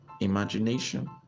imagination